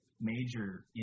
major